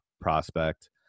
prospect